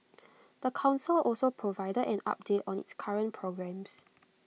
the Council also provided an update on its current programmes